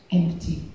empty